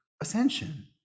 ascension